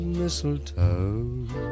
mistletoe